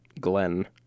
Glenn